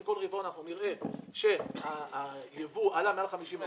אם כל רבעון נראה שהיבוא עלה מעל 50% נוכל